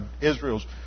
Israel's